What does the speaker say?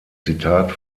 zitat